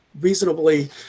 reasonably